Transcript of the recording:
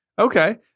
Okay